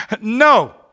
No